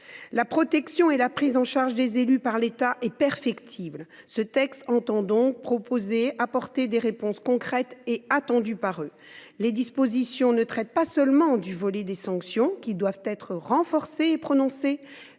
La protection et la prise en charge des élus par l’État sont perfectibles. Ce texte vise donc à apporter des réponses concrètes et attendues par ces derniers. Ses dispositions portent non seulement sur les sanctions, qui doivent être renforcées et prononcées,